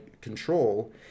control